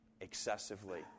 excessively